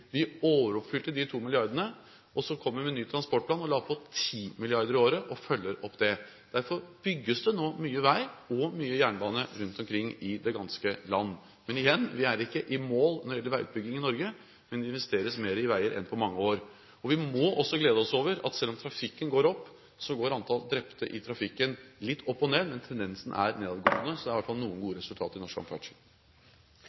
Vi overoppfylte de to milliardene, og så kom vi med ny transportplan og la på 10 mrd. kr i året – og følger opp det. Derfor bygges det nå mye vei og mye jernbane rundt omkring i det ganske land. Men igjen: Vi er ikke i mål når det gjelder veiutbygging i Norge, men det investeres mer i veier enn på mange år. Vi må også glede oss over at selv om trafikken øker, og antall drepte i trafikken går litt opp og ned, er tendensen nedadgående. Så det er i hvert fall noen gode